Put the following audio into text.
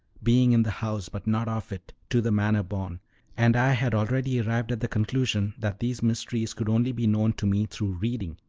being in the house but not of it, to the manner born and i had already arrived at the conclusion that these mysteries could only be known to me through reading,